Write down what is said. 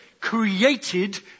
created